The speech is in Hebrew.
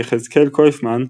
יחזקאל קויפמן,